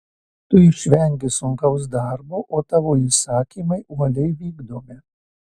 tu išvengi sunkaus darbo o tavo įsakymai uoliai vykdomi